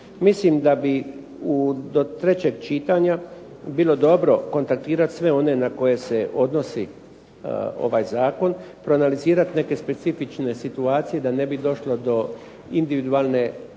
Mislim da bi do trećeg čitanja bilo dobro kontaktirati sve one na koje se odnosi ovaj zakon, proanalizirati neke specifične situacije da ne bi došlo do individualne lokalne